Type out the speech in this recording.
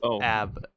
ab